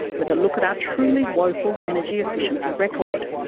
with a look at our truly woeful energy-efficiency record.